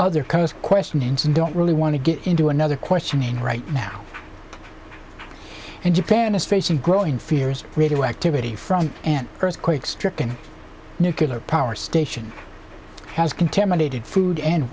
other cars questionings and don't really want to get into another questioning right now and japan is facing growing fears radioactivity from an earthquake stricken nucular power station has contaminated food and